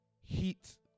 heat